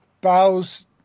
bows